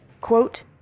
Quote